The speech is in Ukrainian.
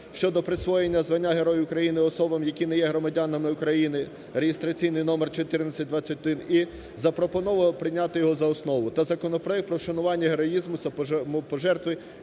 (щодо присвоєння звання Герой України особам, які не є громадянами України), реєстраційний номер 1421, і запропоновано прийняти його за основу. Та законопроект про вшанування героїзму і самопожертви